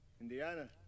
Indiana